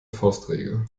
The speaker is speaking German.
faustregel